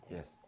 Yes